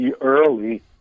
early